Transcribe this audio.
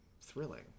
thrilling